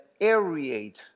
aerate